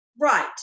right